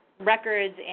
records